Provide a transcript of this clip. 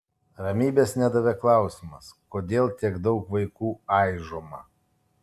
ramybės nedavė klausimas kodėl tiek daug vaikų aižoma